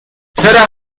چرا